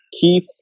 Keith